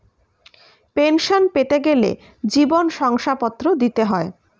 pension পেতে গেলে জীবন শংসাপত্র দিতে হয়